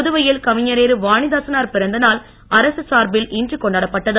புதுவையில் கவிஞரேறு வாணிதாசனார் பிறந்த நாள் அரக சார்பில் இன்று கொண்டாடப்பட்டது